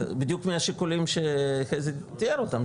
בדיוק מהשיקולים שחזי תיאר אותם,